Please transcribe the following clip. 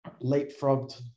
leapfrogged